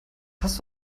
hast